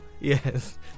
Yes